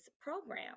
program